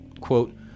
quote